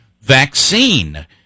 vaccine